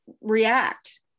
react